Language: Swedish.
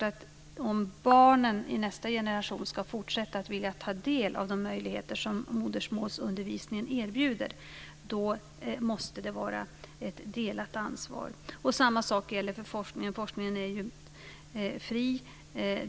Om barnen i nästa generation ska fortsätta att vilja ta del av de möjligheter som modersmålsundervisningen erbjuder, måste det vara ett delat ansvar. Samma sak gäller också för forskningen. Forskningen är ju fri.